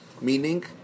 Meaning